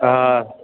हा हा